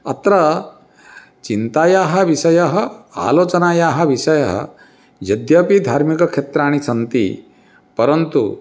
अत्र चिन्तायाः विषयः आलोचनायाः विषयः यद्यपि धार्मिकक्षेत्राणि सन्ति परन्तु